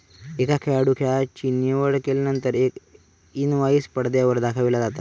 एका खेळाडूं खेळाची निवड केल्यानंतर एक इनवाईस पडद्यावर दाखविला जाता